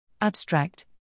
Abstract